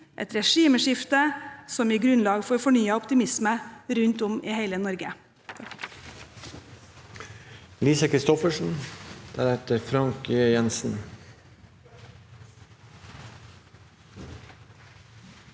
et regimeskifte som gir grunnlag for fornyet optimisme rundt om i hele Norge.